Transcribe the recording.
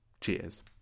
Cheers